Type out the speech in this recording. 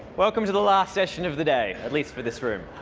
welcome to the last session of the day, at least for this room.